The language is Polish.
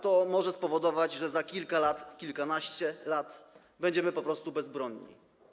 To może spowodować, że za kilka, kilkanaście lat będziemy po prostu bezbronni.